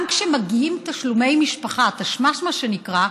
גם כשמגיעים תשלומי משפחה, תשמ"ש, מה שנקרא,